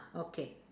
okay